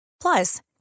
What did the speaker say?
Plus